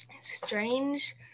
Strange